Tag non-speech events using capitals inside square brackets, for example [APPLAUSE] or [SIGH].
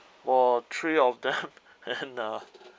for three of them [LAUGHS] then ah